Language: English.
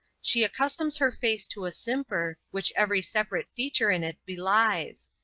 she accustoms her face to a simper, which every separate feature in it belies.